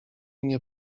nie